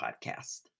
podcast